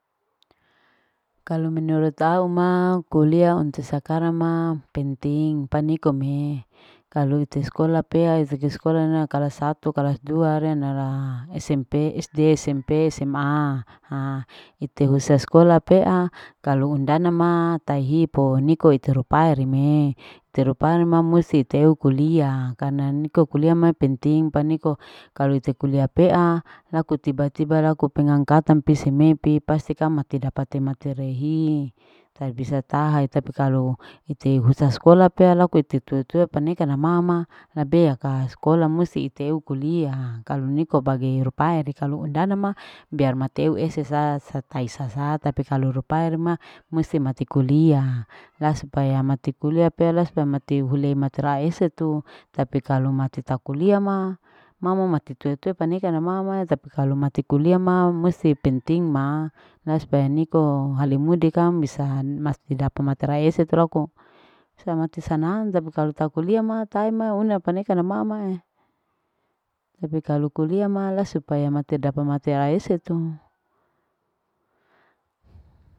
Kalu menurut au ma kuliah untuk sakarang ma penting panikome kalu ite skola pea smp. Sd, sma haa ite huse skola pea kalu undana ma tai hipo ikoi taru pae rimee terupai memusti kuiah karna niko kulia ma penting paniko kalu ite kulia pea laku tiba. tiba laku pengangkatan piseme pi pasti kang dapat tema materehi tabis taha tapi kalu ite husa skola pea laku ite tua. tue paneka na mama labe aka skola musti eu kulia kalu niko bage rupai tapi kalu undana ma biar mateu ese sasa tai sasa tapi kalu rupae re ma musti mati kuliah lasupaya mati kuliah pea supaya mati hule matera ese tu tapi kalu matita kulia ma mamamati tue. tue paneka na mama tapi kalu mati kulia ma musti penting ma la supaya niko hale mude kang bisa masi dapat materai eso tu loko sama te sanang tapi kalu tak kulia ma tae ma una paneka na mama tapi kalu kulia ma supaya masi dapa mati ara eso tu.